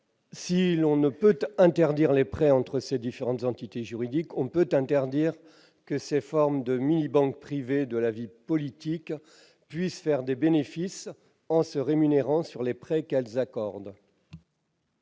Si l'on ne peut interdire les prêts entre ces différentes entités juridiques, on peut interdire à ces formes de mini-banques privées de la vie politique de faire des bénéfices en se rémunérant sur les prêts qu'elles accordent.